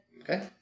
Okay